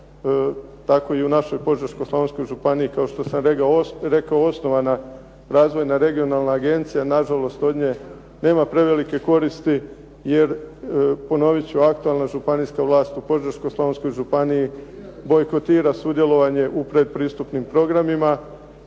tako i u našoj Požeško-slavonskoj županiji kao što sam rekao osnovama je Razvojna regionalna agencija. Nažalost, od nje nema prevelike koristi jer ponovit ću aktualna županijska vlast u Požeško-slavonskoj županiji bojkotira sudjelovanje u pretpristupnim programima,